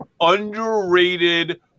underrated-